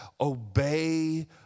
obey